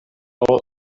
ideo